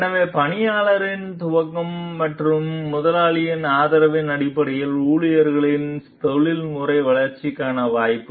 எனவே பணியாளரின் துவக்கம் மற்றும் முதலாளியின் ஆதரவின் அடிப்படையில் ஊழியர்களின் தொழில்முறை வளர்ச்சிக்கான வாய்ப்பு